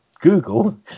Google